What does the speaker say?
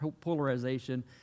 polarization